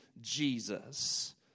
Jesus